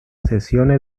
sessione